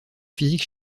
physique